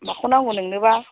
माखौ नांगौ नोंनोबा